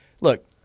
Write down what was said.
look